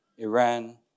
Iran